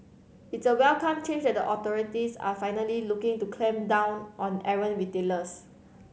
it's a welcome change that the authorities are finally looking to clamp down on errant retailers